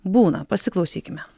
būna pasiklausykime